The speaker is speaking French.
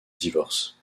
divorce